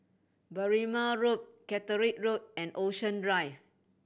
Berrima Road Catterick Road and Ocean Drive